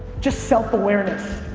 just self-awareness.